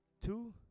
Two